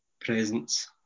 presence